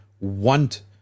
want